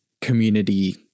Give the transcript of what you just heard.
community